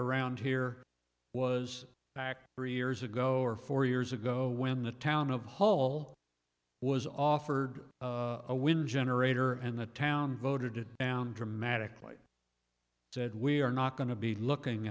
around here was back three years ago or four years ago when the town of hall was offered a wind generator and the town voted it down dramatically said we are not going to be looking